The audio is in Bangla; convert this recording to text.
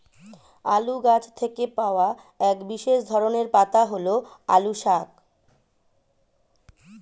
আলু গাছ থেকে পাওয়া এক বিশেষ ধরনের পাতা হল আলু শাক